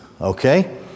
Okay